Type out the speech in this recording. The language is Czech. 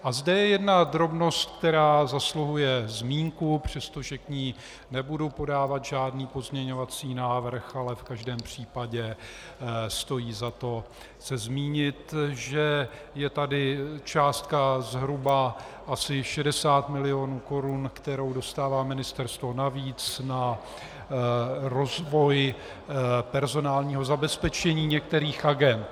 A zde je jedna drobnost, která zasluhuje zmínku, přestože k ní nebudu podávat žádný pozměňovací návrh, ale v každém případě stojí za to se zmínit, že je tady částka zhruba asi 60 milionů korun, kterou dostává ministerstvo navíc na rozvoj personálního zabezpečení některých agend.